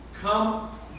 come